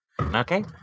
Okay